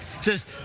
says